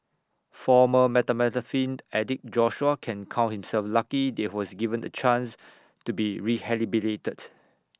former methamphetamine addict Joshua can count himself lucky that he was given A chance to be rehabilitated